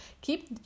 keep